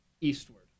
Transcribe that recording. eastward